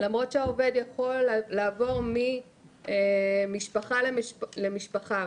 למרות שהעובד יכול לעבור משפחה למשפחה,